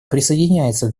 присоединяется